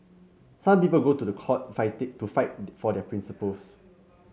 some people go to the court to fight for their principles